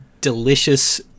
delicious